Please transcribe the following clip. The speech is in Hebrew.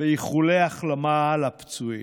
ואיחולי החלמה לפצועים.